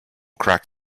crack